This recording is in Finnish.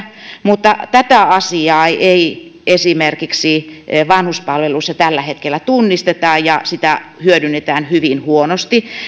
mutta tätä asiaa ei ei esimerkiksi vanhuspalveluissa tällä hetkellä tunnisteta ja ja sitä hyödynnetään hyvin huonosti